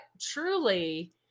truly